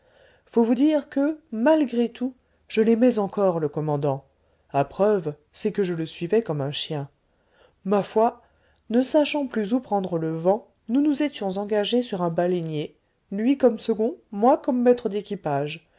faut vous dire que malgré tout je l'aimais encore le commandant à preuve c'est que je le suivais comme un chien ma foi ne sachant plus où prendre le vent nous nous étions engagés sur un baleinier lui comme second moi comme maître d'équipage